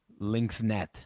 Linksnet